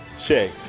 Shay